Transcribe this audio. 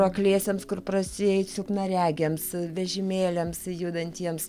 kur akliesiems kur prasieiti silpnaregiams vežimėliams judantiems